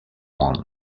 one